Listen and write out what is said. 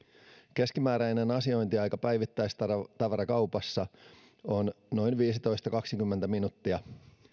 keskimääräinen asiointiaika päivittäistavarakaupassa on noin viisitoista viiva kaksikymmentä minuuttia